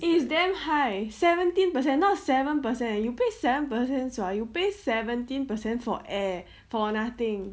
eh it's damn high seventeen percent not seven percent you pay seven percent sua you pay seventeen percent for air for nothing